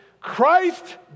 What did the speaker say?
Christ